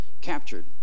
captured